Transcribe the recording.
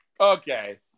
Okay